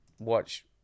watch